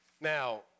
Now